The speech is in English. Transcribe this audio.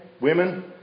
women